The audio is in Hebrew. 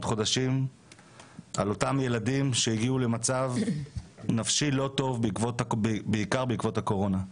חודשים על אותם ילדים שהגיעו למצב נפשי לא טוב בעיקר בעקבות הקורונה.